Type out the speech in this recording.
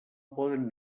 poden